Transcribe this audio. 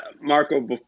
Marco